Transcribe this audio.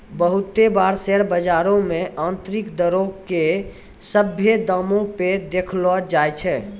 बहुते बार शेयर बजारो मे आन्तरिक दरो के सभ्भे दामो पे देखैलो जाय छै